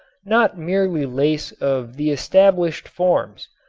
not merely lace of the established forms,